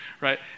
right